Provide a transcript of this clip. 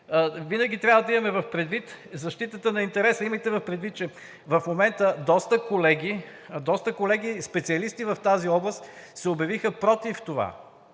Винаги трябва да имаме предвид защитата на интереса. Имайте предвид, че в момента доста колеги – специалисти в тази област, се обявиха против това,